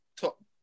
top